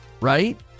right